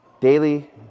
daily